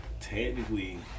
technically